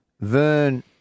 Vern